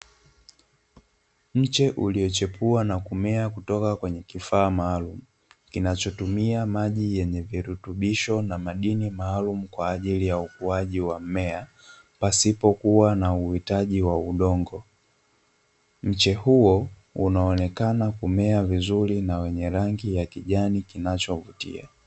MIche ulio chepua na kumea kutoka kwenye kifaa maalumu kinachotumia maji yenye virutubisho na madini maalumu kwa ajili ya ukuwaji wa mmea pasipo kuwa na uhitaji wa udongo mche huo unaonekana kumea vizuri na wenye rangi cha kijani kinachovutia.